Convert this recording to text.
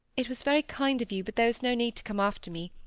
it was very kind of you, but there was no need to come after me.